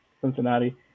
Cincinnati